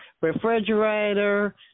refrigerator